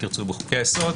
אם תרצו בחוקי היסוד,